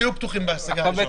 השקף הבא מראה את המצב שלנו עכשיו.